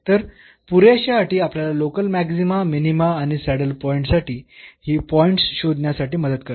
तर पुरेशा अटी आपल्याला लोकल मॅक्सीमा मिनीमा किंवा सॅडल पॉईंटसाठी ही पॉईंट्स शोधण्यासाठी मदत करतील